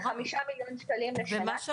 5 מיליון שקלים לשנה.